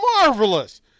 marvelous